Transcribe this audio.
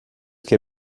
que